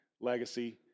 legacy